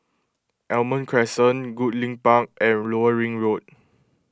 Almond Crescent Goodlink Park and Lower Ring Road